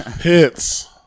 Hits